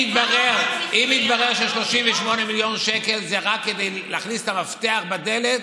אם יתברר ש-38 מיליון שקל זה רק כדי להכניס את המפתח בדלת